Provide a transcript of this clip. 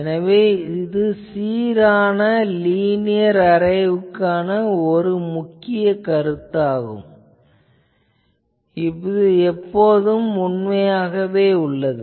எனவே இது சீரான லீனியர் அரேவுக்கான ஒரு முக்கிய கருத்தாகும் இது எப்போதும் உண்மையாக உள்ளது